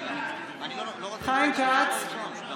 בעד חיים כץ, בעד תודה,